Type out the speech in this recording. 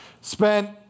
spent